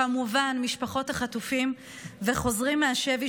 וכמובן משפחות החטופים והחוזרים מהשבי,